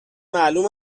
معلوم